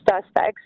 suspects